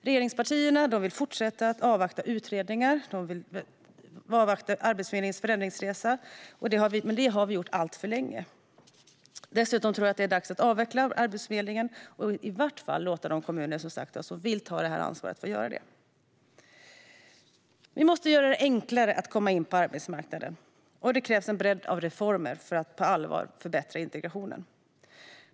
Regeringspartierna vill fortsätta avvakta utredningar och Arbetsförmedlingens förändringsresa. Men det har vi gjort alltför länge. Jag tror dessutom att det är dags att avveckla Arbetsförmedlingen, och i varje fall låta de kommuner som vill ta det här ansvaret få göra det. Vi måste göra det enklare att komma in på arbetsmarknaden, och det krävs en bredd av reformer för att på allvar förbättra integrationen.